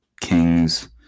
Kings